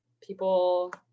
people